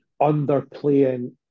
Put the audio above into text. underplaying